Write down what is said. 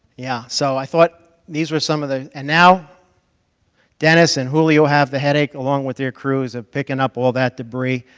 yeah. so i thought these were some of the and now dennis and julio have the headache along with their crews of picking up all that debris.